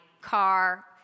car